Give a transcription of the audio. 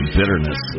bitterness